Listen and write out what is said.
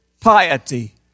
piety